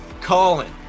Colin